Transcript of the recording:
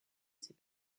ses